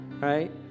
right